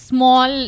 Small